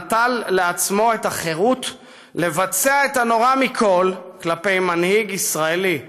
נטל לעצמו את החירות לבצע את הנורא מכול כלפי מנהיג ישראלי,